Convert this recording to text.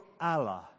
Allah